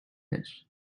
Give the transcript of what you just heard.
fish